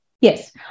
Yes